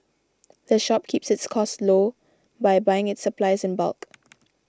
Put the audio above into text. the shop keeps its costs low by buying its supplies in bulk